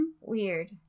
Weird